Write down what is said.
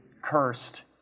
cursed